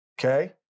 Okay